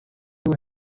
who